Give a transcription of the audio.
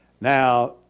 Now